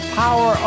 power